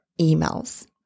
emails